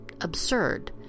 absurd